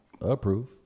approve